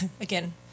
again